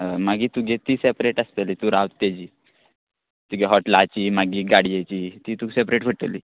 मागीर तुगे ती सॅपरेट आसतलें तूं रावत तेजी तुगें हॉट्लाची मागी गाडयेची ती तुक सॅपरेट पडटली